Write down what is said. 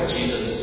Jesus